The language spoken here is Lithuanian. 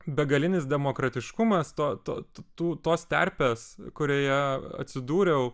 begalinis demokratiškumas to to tų tos terpės kurioje atsidūriau